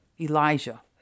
Elijah